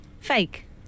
Fake